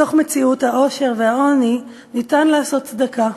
בתוך מציאות העושר והעוני ניתן לעשות צדקה,